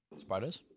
Spiders